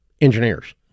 engineers